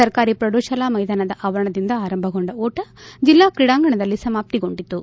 ಸರ್ಕಾರಿ ಪ್ರೌಢಶಾಲಾ ಮೈದಾನದ ಆವರಣದಿಂದ ಆರಂಭಗೊಂಡ ಓಟ ಜಿಲ್ಲಾ ಕ್ರೀಡಾಂಗಣದಲ್ಲಿ ಸಮಾಪ್ತಿಗೊಂಡಿತು